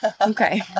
Okay